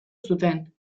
zuten